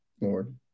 Lord